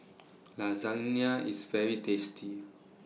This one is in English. Lasagna IS very tasty